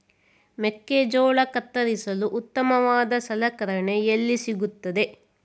ಮೆಕ್ಕೆಜೋಳ ಕತ್ತರಿಸಲು ಉತ್ತಮವಾದ ಸಲಕರಣೆ ಎಲ್ಲಿ ಸಿಗುತ್ತದೆ?